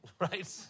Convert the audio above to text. right